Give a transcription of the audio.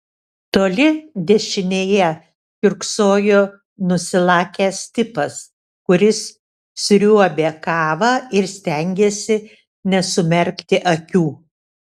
toli dešinėje kiurksojo nusilakęs tipas kuris sriuobė kavą ir stengėsi nesumerkti akių